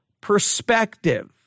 perspective